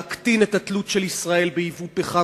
להקטין את התלות של ישראל בייבוא פחם